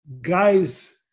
guys